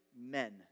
men